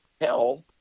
hell